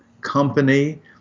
company